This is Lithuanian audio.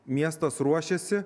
miestas ruošiasi